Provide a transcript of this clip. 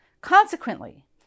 Consequently